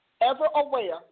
ever-aware